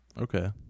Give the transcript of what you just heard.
Okay